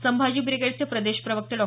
संभाजी ब्रिगेडचे प्रदेश प्रवक्ते डॉ